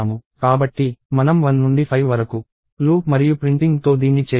కాబట్టి మనం 1 నుండి 5 వరకు లూప్ మరియు ప్రింటింగ్తో దీన్ని చేయగలము